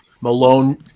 Malone